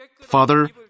Father